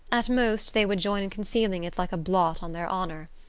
at most, they would join in concealing it like a blot on their honour.